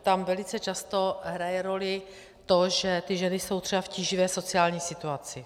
Tam velice často hraje roli to, že ty ženy jsou třeba v tíživé sociální situaci.